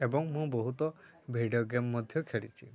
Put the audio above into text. ଏବଂ ମୁଁ ବହୁତ ଭିଡ଼ିଓ ଗେମ୍ ମଧ୍ୟ ଖେଳିଛି